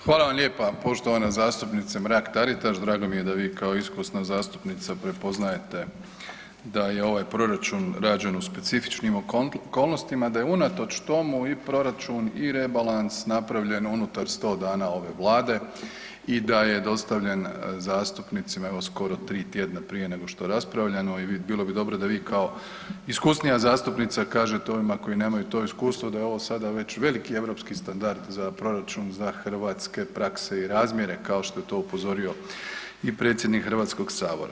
Hvala vam lijepa poštovana zastupnice Mrak Taritaš drago mi je da vi kao iskusna zastupnica prepoznajete da je ovaj proračun rađen u specifičnim okolnostima, da je unatoč tomu i proračun i rebalans napravljen unutar 100 dana ove Vlade i da je dostavljen zastupnicima evo skoro 3 tjedana prije nego što je raspravljeno i bilo bi dobro da vi kao iskusnija zastupnica kažete ovima koji nemaju to iskustvo da je ovo sada već veliki europski standard za proračun za hrvatske prakse i razmjere kao što je to upozorio i predsjednik Hrvatskog sabora.